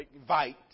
invite